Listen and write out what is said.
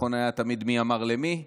נכון היה תמיד מי אמר למי וכאלה?